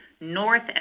north